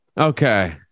Okay